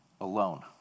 alone